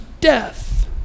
death